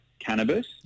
cannabis